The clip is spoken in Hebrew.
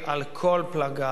על כל פלגיו,